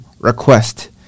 request